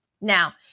Now